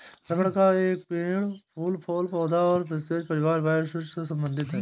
rubber का पेड़ एक फूल वाला पौधा है जो स्परेज परिवार यूफोरबियासी से संबंधित है